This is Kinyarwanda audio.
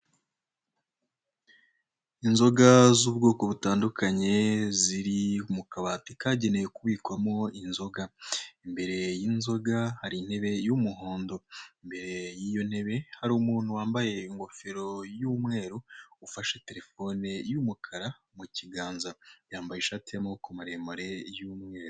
Inzoga z'ubwoko butandukanye ziri mu kabati kagenewe kubikwamo inzoga, imbere y'inzoga hari intebe y'umuhondo, imbere y'iyo ntebe hari umuntu wambaye ingofero y'umweru ufashe terefone y'umukara mu kiganza, yambaye ishati y'amaboko maremare y'umweru.